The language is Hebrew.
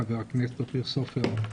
חבר הכנסת אופיר סופר,